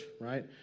right